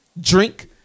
drink